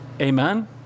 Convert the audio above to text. Amen